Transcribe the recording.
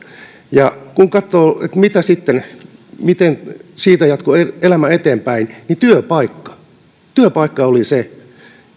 kun katsoo miten siitä jatkoi elämää eteenpäin niin työpaikka oli se